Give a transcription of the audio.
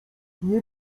nie